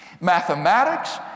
Mathematics